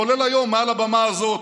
כולל היום מעל הבמה הזאת,